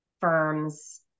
firms